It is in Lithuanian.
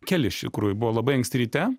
keli iš tikrųjų buvo labai anksti ryte